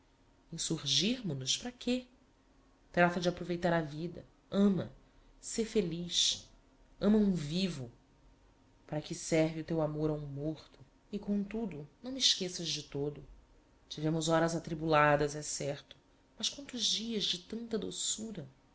insurgirmo nos para quê trata de aproveitar a vida ama sê feliz ama um vivo para que serve o teu amor a um morto e comtudo não me esquéças de todo tivémos horas atribuladas é certo mas quantos dias de tanta doçura